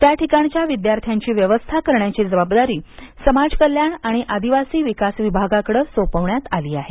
त्या ठिकाणच्या विद्यार्थ्यांची व्यवस्था करण्याची जबाबदारी समाज कल्याण आणि आदिवसी विकास विभागाकडे सोपविण्यात आली आहे